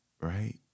Right